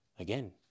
again